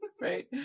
Right